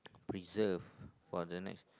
preserved for the next